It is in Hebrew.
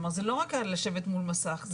זה לא רק לשבת מול מסך.